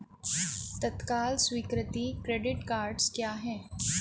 तत्काल स्वीकृति credit cards क्या हैं?